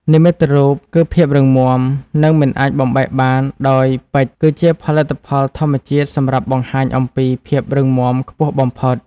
និមិត្តរូបគឺភាពរឹងមាំ និងមិនអាចបំបែកបានដោយពេជ្រ គឺជាផលិតផលធម្មជាតិសម្រាប់បង្ហាញអំពី ភាពរឹងមាំខ្ពស់បំផុត។